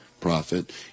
profit